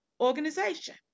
organization